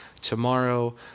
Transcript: tomorrow